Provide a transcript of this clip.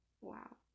wow